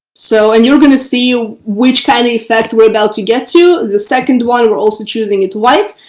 so and you're going to see which kind of effect we're about to get to the second one, we're also choosing it white.